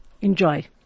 enjoy